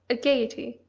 a gaiety,